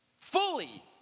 fully